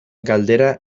galdera